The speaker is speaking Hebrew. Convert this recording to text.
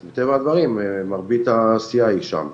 אז מטבע הדברים מרבית העשייה היא שם.